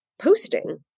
posting